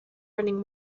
running